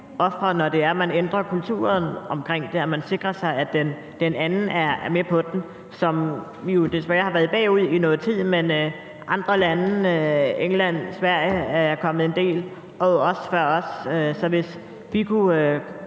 ofre, når man ændrer kulturen omkring det, og man skal sikre sig, at den anden er med på den. Vi har jo desværre været bagud med det i noget tid, og andre lande – England og Sverige – er kommet en del før os. Så hvis så mange